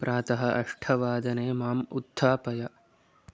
प्रातः अष्ठवादने माम् उत्थापय